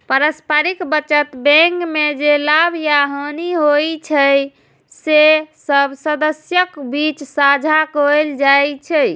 पारस्परिक बचत बैंक मे जे लाभ या हानि होइ छै, से सब सदस्यक बीच साझा कैल जाइ छै